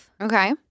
Okay